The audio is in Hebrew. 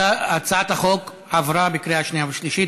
הצעת החוק עברה בקריאה שנייה ושלישית.